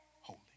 holy